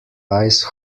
ice